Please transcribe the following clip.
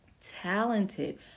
talented